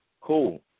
Cool